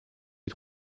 des